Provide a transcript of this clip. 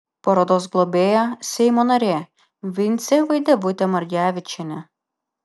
parodos globėja seimo narė vincė vaidevutė margevičienė